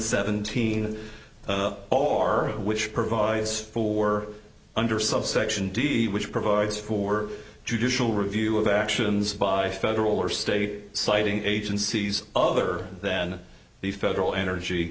seventeen or which provides for under subsection d which provides for judicial review of actions by federal or state citing agencies other than the federal energy